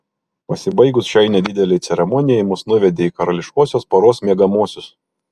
pasibaigus šiai nedidelei ceremonijai mus nuvedė į karališkosios poros miegamuosius